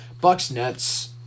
Bucks-Nets